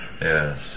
Yes